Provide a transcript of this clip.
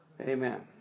Amen